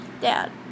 Dad